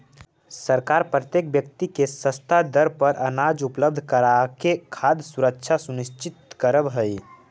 सरकार प्रत्येक व्यक्ति के सस्ता दर पर अनाज उपलब्ध कराके खाद्य सुरक्षा सुनिश्चित करऽ हइ